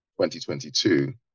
2022